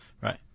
Right